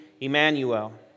Emmanuel